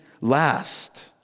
last